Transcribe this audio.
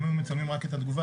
אם היו מצלמים רק את התגובה,